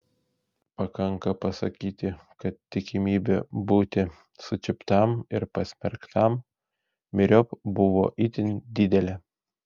pakanka pasakyti kad tikimybė būti sučiuptam ir pasmerktam myriop buvo itin didelė